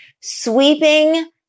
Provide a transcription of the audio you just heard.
sweeping